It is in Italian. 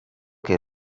che